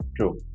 True